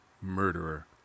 murderer